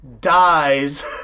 dies